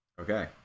Okay